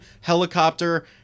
helicopter